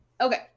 Okay